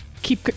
keep